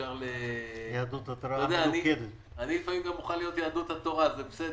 אני לפעמים מוכן להיות יהדות התורה, זה בסדר.